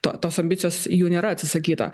to tos ambicijos jų nėra atsisakyta